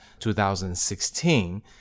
2016